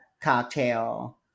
cocktail